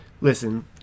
Listen